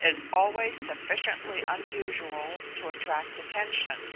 is always sufficiently unusual to attract attention